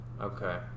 Okay